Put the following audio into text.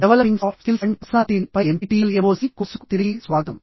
developing soft skills and పర్సనాలిటీని పై NPTEL MOOC కోర్సుకు తిరిగి స్వాగతం